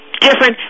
different